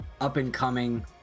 up-and-coming